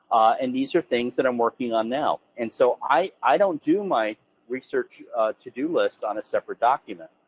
and these are things that i'm working on now. and so i don't do my research to do list on a separate document,